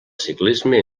ciclisme